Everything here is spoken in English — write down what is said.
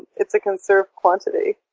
it's a conserved quantity.